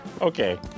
Okay